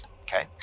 okay